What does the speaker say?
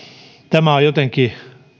tämä on jotenkin